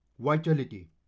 vitality